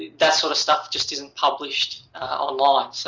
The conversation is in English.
that sort of stuff just isn't published online. so